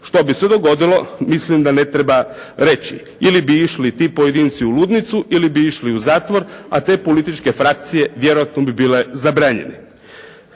Što bi se dogodilo, mislim da ne treba reći. Ili bi išli ti pojedinci u ludnicu ili bi išli u zatvor, a te političke frakcije vjerojatno bi bile zabranjene.